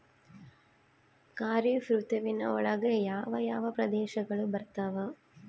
ಖಾರೇಫ್ ಋತುವಿನ ಒಳಗೆ ಯಾವ ಯಾವ ಪ್ರದೇಶಗಳು ಬರ್ತಾವ?